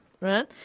right